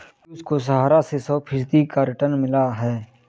पियूष को सहारा से सौ फीसद का रिटर्न मिला है